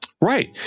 Right